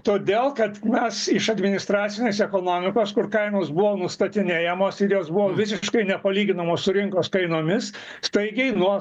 todėl kad mes iš administracinės ekonomikos kur kainos buvo nustatinėjamos ir jos buvo visiškai nepalyginamos su rinkos kainomis staigiai nuo